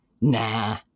nah